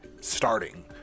starting